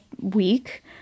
week